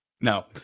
No